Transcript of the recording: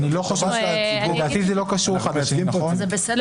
לדעתי זה לא קשור אחד לשני, נכון?